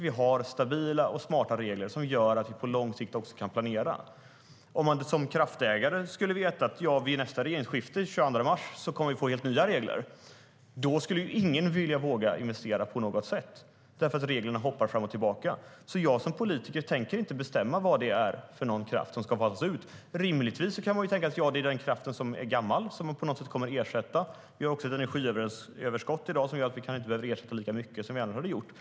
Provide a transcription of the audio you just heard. Vi har stabila och smarta regler som gör att vi på lång sikt också kan planera. Om man som kraftägare skulle veta att vi vid nästa regeringsskifte, den 22 mars, skulle få helt nya regler skulle ingen våga investera. Då hoppar reglerna fram och tillbaka. Jag som politiker tänker inte bestämma vad det är för kraft som ska fasas ut. Rimligen kan man tänka att det är den kraft som är gammal som man på något sätt kommer att ersätta. Vi har också ett energiöverskott i dag som gör att vi inte behöver ersätta lika mycket som vi annars hade behövt göra.